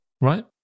Right